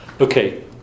Okay